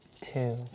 Two